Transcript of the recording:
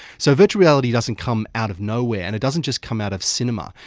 so virtual reality doesn't come out of nowhere and it doesn't just come out of cinema,